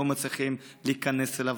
לא מצליחים להיכנס אליו,